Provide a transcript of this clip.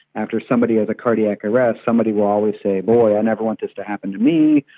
after somebody has a cardiac arrest, somebody will always say, boy, i never want this to happen to me,